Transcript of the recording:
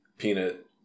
peanut